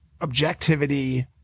objectivity